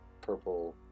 purple